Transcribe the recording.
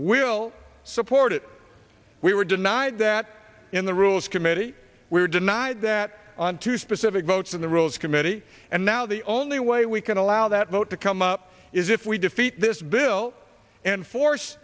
will support it we were denied that in the rules committee we were denied that on two specific votes in the rules committee and now the only way we can allow that vote to come up is if we defeat this bill and force